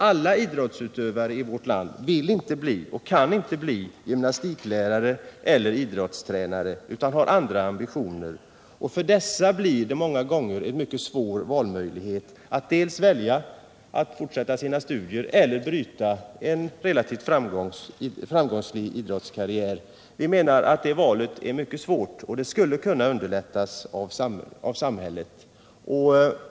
Alla idrottsutövare i vårt land kan och vill emellertid inte bli gymnastiklärare eller idrottstränare, och de har andra ambitioner. För dem uppstår många gånger en ganska svår valsituation när det gäller att välja mellan fortsatta studier och en relativt framgångsrik idrottskarriär. Vi menar att det valet är mycket svårt och att det skulle kunna underlättas av samhället.